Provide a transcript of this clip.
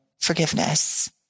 Forgiveness